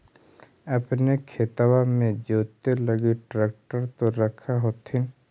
अपने खेतबा मे जोते लगी ट्रेक्टर तो रख होथिन?